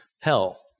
Hell